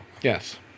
Yes